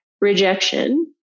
rejection